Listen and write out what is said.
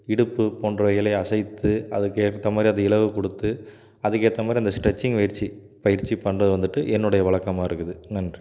இடுப்பு போன்றவைகளை அசைத்து அதற்கு ஏற்ற மாதிரி அந்த இலகு கொடுத்து அதுக்கு ஏற்ற மாதிரி அந்த ஸ்ட்ரெச்சிங் பயிற்சி பயிற்சி பண்ணுறது வந்துட்டு என்னுடைய வழக்கமா இருக்குது நன்றி